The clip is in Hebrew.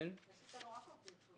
כן, יש אצלנו רק עובדים טובים.